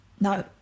No